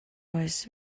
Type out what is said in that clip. was